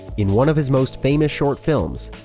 in one of his most famous short films,